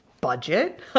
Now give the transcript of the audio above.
budget